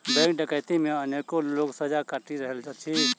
bank डकैती मे अनेको लोक सजा काटि रहल अछि